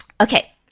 Okay